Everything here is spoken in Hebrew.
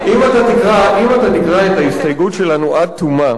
אם אתה תקרא את ההסתייגות שלנו עד תומה,